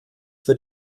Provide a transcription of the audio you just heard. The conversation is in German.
wird